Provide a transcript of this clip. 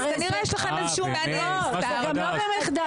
אז כנראה יש לכם איזה שהוא --- זה גם לא במחדל.